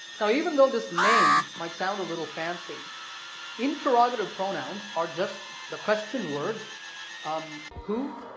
now even though this name might sound a little fancy interrogative pronouns are just the question words um who,